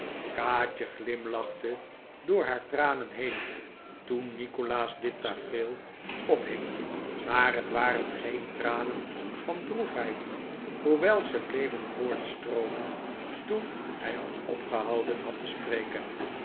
kaatje glimlachte door haar tranen heen toen nikolaas dit tafereel ophing maar het waren geen tranen van droefheid hoewel zij bleven voortstroomen toen hij al opgehouden had te spreken